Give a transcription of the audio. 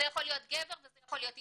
זה יכול להיות גבר וזה יכול להיות אישה,